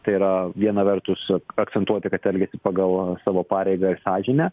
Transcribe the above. tai yra viena vertus akcentuoti kad elgiasi pagal savo pareigą ir sąžinę